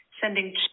sending